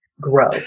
grow